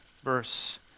verse